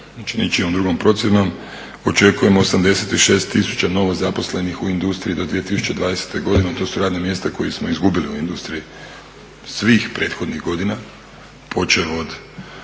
znači … drugom procjenom, očekujemo 86 tisuća novozaposlenih u industriji do 2020. godine, to su radna mjesta koja smo izgubili u industriji svih prethodnih godina, počelo od